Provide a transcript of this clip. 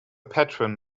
patron